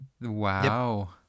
Wow